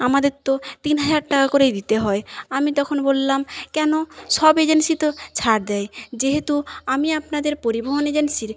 আমাদের তো তিন হাজার টাকা করেই দিতে হয় আমি তখন বললাম কেন সব এজেন্সি তো ছাড় দেয় যেহেতু আমি আপনাদের পরিবহন এজেন্সির